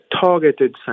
targeted